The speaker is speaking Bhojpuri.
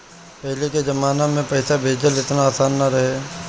पहिले के जमाना में पईसा भेजल एतना आसान ना रहे